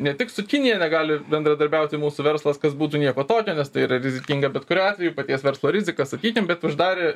ne tik su kinija negali bendradarbiauti mūsų verslas kas būtų nieko tokio nes tai yra rizikinga bet kuriuo atveju paties verslo rizika sakykim bet uždarė